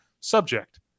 Subject